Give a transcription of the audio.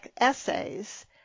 essays